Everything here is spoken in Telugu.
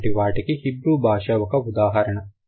ఇటువంటి వాటికి హిబ్రూ భాష ఒక ఉదాహరణ